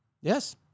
Yes